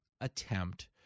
attempt